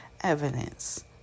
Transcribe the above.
evidence